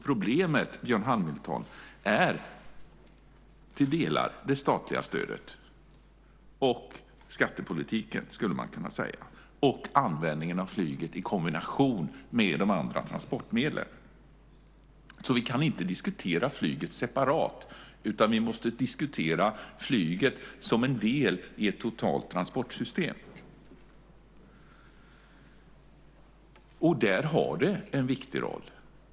Problemet, Björn Hamilton, är till viss del det statliga stödet och skattepolitiken, skulle man kunna säga, och användningen av flyget i kombination med de andra transportmedlen. Vi kan därför inte diskutera flyget separat, utan vi måste diskutera flyget som en del i ett totalt transportsystem. Där har det en viktig roll.